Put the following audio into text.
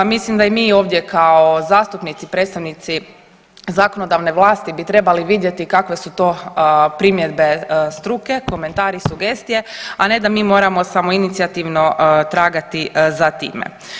Mislim da i mi ovdje kao zastupnici i predstavnici zakonodavne vlasti bi trebali vidjeti kakve su to primjedbe struke, komentari i sugestije, a ne da mi moramo samoinicijativno tragati za time.